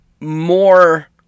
more